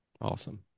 Awesome